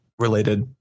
related